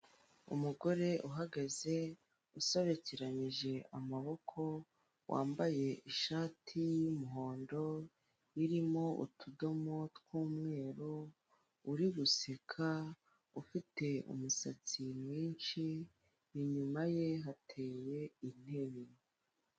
Umugore uhagaze usobekeranyije amaboko, wambaye ishati y'umuhondo irimo utudomo tw'umweru, uri guseka ufite umusatsi mwinshi inyuma ye hateye intebe.